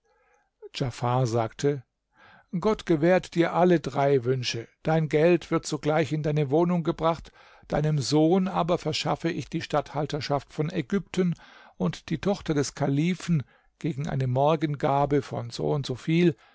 sagte gott gewährt dir alle drei wünsche dein geld wird sogleich in deine wohnung gebracht deinem sohn aber verschaffe ich die statthalterschaft von ägypten und die tochter des kalifen gegen eine morgengabe von so und so viel